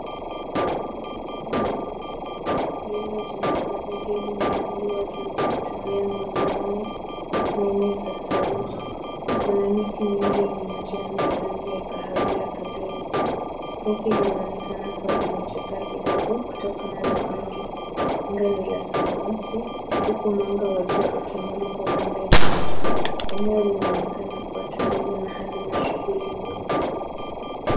Tenki kubwa la maji lililojengwa kwa zegi limeinuliwa juu kwa kutumia nguso nne nani za seruji. Kuna miti mingi yenye majani ya rangi ya kahawia pembeni. Tenki linaonekana kuwa limechakaa kidogo kutokana na rangi, anga ni la samawati huku mwanga wa jua ukimulika upande mmoja. Eneo linaonekana kuwa tulivu na halina shughuli nyingi.